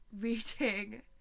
reading